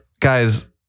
Guys